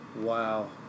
Wow